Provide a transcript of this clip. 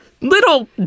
little